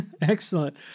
Excellent